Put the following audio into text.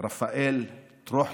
רפאל טרוחיו.